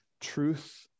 truth